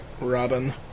Robin